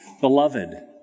Beloved